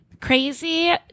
Crazy